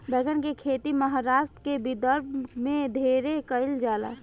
बैगन के खेती महाराष्ट्र के विदर्भ में ढेरे कईल जाला